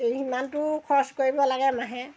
এই সিমানটো খৰচ কৰিব লাগে মাহে